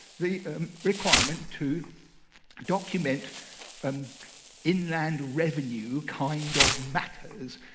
the requirement to document um inland revenue kind of matters.